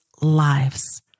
lives